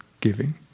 giving